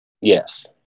Yes